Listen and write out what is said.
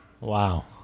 Wow